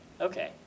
okay